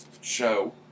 show